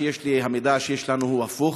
המידע שיש לנו הוא הפוך,